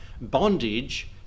bondage